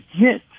get